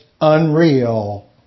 unreal